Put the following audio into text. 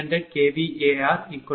30 MVAr0